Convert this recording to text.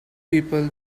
people